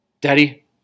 Daddy